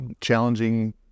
challenging